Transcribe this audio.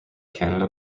canada